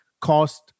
cost